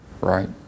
Right